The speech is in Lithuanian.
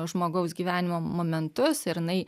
žmogaus gyvenimo momentus ir jinai